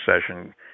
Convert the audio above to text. session